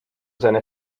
seine